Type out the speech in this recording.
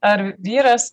ar vyras